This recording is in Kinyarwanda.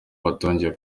batongeye